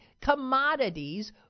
commodities